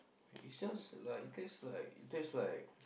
it's just like it taste like it taste like